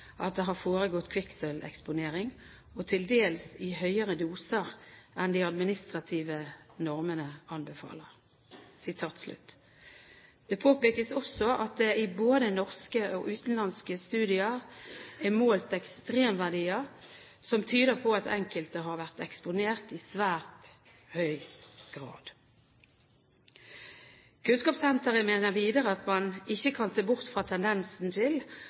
at det har foregått kvikksølveksponering, og til dels i høyere doser enn de administrative normene anbefaler.» Det påpekes også at det i både norske og utenlandske studier er målt ekstremverdier som tyder på at enkelte har vært eksponert i svært høy grad. Kunnskapssenteret mener videre at man ikke kan se bort fra tendensen til